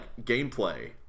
gameplay